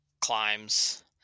climbs